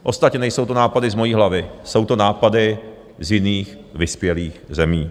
Ostatně nejsou to nápady z mojí hlavy, jsou to nápady z jiných vyspělých zemí.